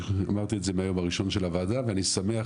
אמרתי את זה ביום הראשון לפתיחת הוועדה ואני שמח